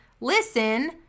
listen